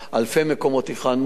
אלפי מקומות הכנו.